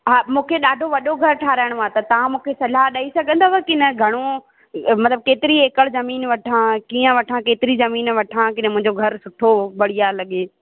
हा मूंखे ॾाढो वॾो घरु ठाराहिणो आहे त तव्हां मूंखे सलाह ॾेई सघंदव की न घणो मतलबु केतिरी एकड़ ज़मीन वठां कीअं वठां केतिरी ज़मीन वठां कि मुंहिंजो घरु सुठो बढ़िया लॻे